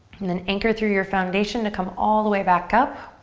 and then anchor through your foundation to come all the way back up.